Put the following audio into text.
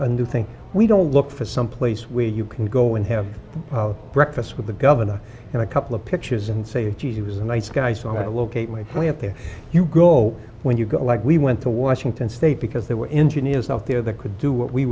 to think we don't look for someplace where you can go and have breakfast with the governor and a couple of pictures and say gee it was a nice guy so i locate my family up there you go when you go like we went to washington state because there were engineers out there that could do what we